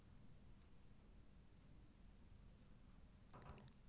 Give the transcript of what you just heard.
लकड़ी मे वार्षिक परत होइ छै, जाहि सं ई पता चलै छै, जे ई कतेक पुरान वृक्षक लकड़ी छियै